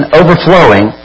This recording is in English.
overflowing